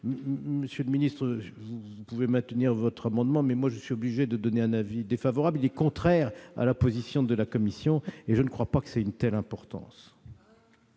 Monsieur le ministre, vous pouvez maintenir votre amendement, mais je suis obligé d'émettre un avis défavorable, car il est contraire à la position de la commission. Et je ne pense pas que cela ait une réelle importance